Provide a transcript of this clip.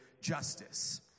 justice